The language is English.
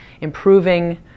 improving